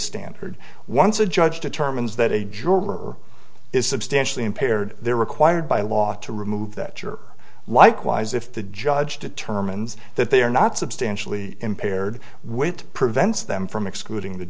standard once a judge determines that a juror is substantially impaired they're required by law to remove that you're likewise if the judge determines that they are not substantially impaired with prevents them from excluding the